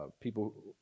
people